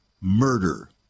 murder